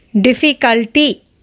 Difficulty